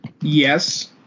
Yes